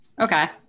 Okay